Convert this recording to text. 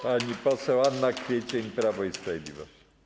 Pani poseł Anna Kwiecień, Prawo i Sprawiedliwość.